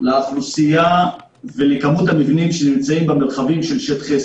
לאוכלוסייה ולכמות המבנים שנמצאים במרחבים של שטחי